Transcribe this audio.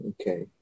Okay